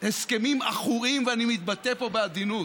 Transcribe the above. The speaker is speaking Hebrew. הסכמים עכורים, ואני מתבטא פה בעדינות,